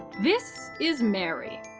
this is mary.